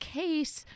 case